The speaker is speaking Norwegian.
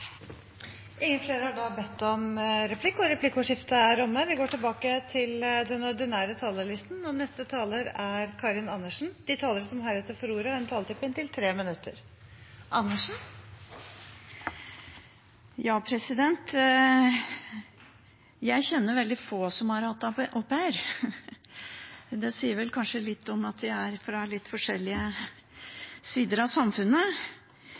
Replikkordskiftet er omme. De talere som heretter får ordet, har en taletid på inntil 3 minutter. Jeg kjenner veldig få som har hatt au pair. Det sier vel kanskje litt om at vi er fra litt forskjellige sider av samfunnet.